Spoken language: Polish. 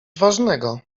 ważnego